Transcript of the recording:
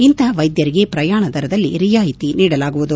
ಇಂತಹ ವೈದ್ಯರಿಗೆ ಪ್ರಯಾಣದರದಲ್ಲಿ ರಿಯಾಯಿತಿ ನೀಡಲಾಗುವುದು